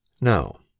Now